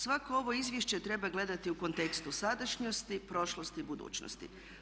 Svako ovo izvješće treba gledati u kontekstu sadašnjosti, prošlosti i budućnosti.